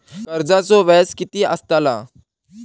कर्जाचो व्याज कीती असताला?